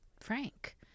frank